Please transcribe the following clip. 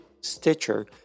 Stitcher